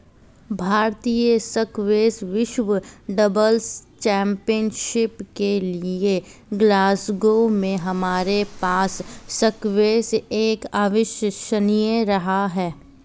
भारतीय स्क्वैश विश्व doubles championship के लिएग्लासगो में हमारे पास स्क्वैश एक अविश्वसनीय रहा है